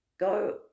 Go